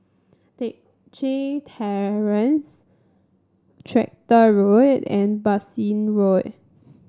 Teck Chye Terrace Tractor Road and Bassein Road